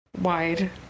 wide